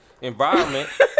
environment